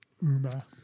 Uma